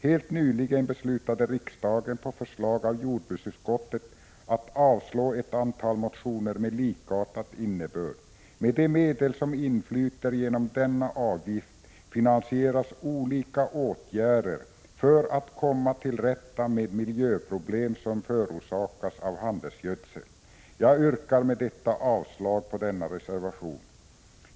Helt nyligen beslutade riksdagen på förslag av jordbruksutskottet att avslå ett antal motioner med likartad innebörd. Med de medel som inflyter genom denna avgift finansieras olika åtgärder för att komma till rätta med miljöproblem Jag yrkar med detta avslag på denna reservation.